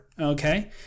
okay